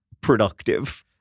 productive